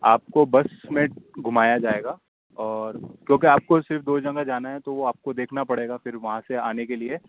آپ کو بس میں گھمایا جائے گا اور کیونکہ آپ کو صرف دو جگہ جانا ہے تو وہ آپ کو دیکھنا پڑے گا پھر وہاں سے آنے کے لیے